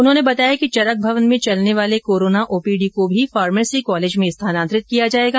उन्होने बताया कि चरक भवन में चलने वाले कोरोना ओपीडी को भी फार्मेसी कॉलेज में स्थानान्तरित किया जायेगा